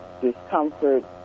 discomfort